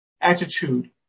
attitude